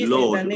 Lord